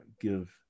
give